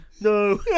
No